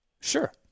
Sure